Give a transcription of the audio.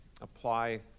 apply